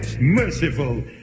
merciful